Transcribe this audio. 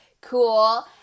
cool